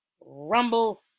rumble